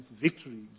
victory